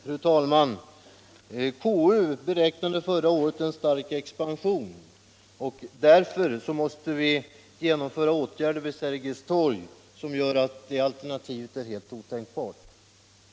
Fru talman! Förra året förutsåg konstitutionsutskottet en stark expansion för riksdagen. Och man förutspådde att denna expansion skulle komma att kräva sådana åtgärder när det gäller riksdagshuset vid Sergels torg att detta alternativ var helt otänkbart.